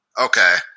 Okay